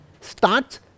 starts